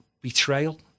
betrayal